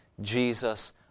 Jesus